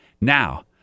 now